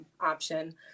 option